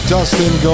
Dustin